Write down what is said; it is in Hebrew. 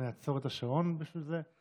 ואני אעצור את השעון בשביל זה,